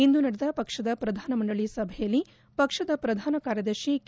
ಇಂದು ನಡೆದ ಪಕ್ಷದ ಪ್ರಧಾನ ಮಂಡಳಿ ಸಭೆಯಲ್ಲಿ ಪಕ್ಷದ ಪ್ರಧಾನ ಕಾರ್ಯದರ್ಶಿ ಕೆ